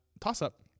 toss-up